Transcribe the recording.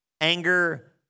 anger